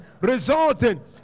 resulting